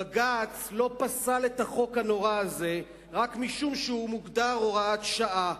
בג"ץ לא פסל את החוק הנורא הזה רק משום שהוא מוגדר הוראת שעה,